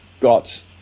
got